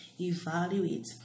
evaluate